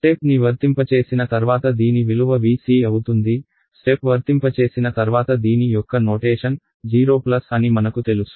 step ని వర్తింపచేసిన తర్వాత దీని విలువ Vc అవుతుంది స్టెప్ వర్తింపచేసిన తర్వాత దీని యొక్క సంజ్ఞామానం 0 అని మనకు తెలుసు